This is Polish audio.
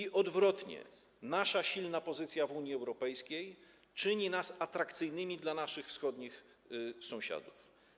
I odwrotnie: nasza silna pozycja w Unii Europejskiej czyni nas atrakcyjnymi dla naszych wschodnich sąsiadów.